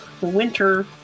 winter